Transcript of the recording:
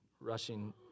rushing